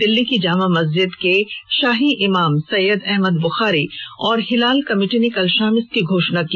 दिल्ली की जामा मस्जिद के शाही इमाम सैय्यद अहमद बुखारी और हिलाल कमेटी ने कल शाम इसकी घोषणा की